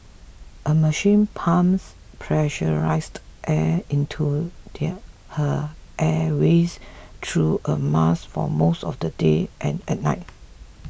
a machine pumps pressurised air into her airways through a mask for most of the day and at night